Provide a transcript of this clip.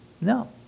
No